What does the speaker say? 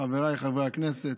חבריי חברי הכנסת,